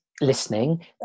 listening